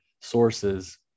sources